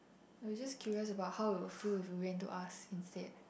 we just curious about how we will feel if we went to ask instead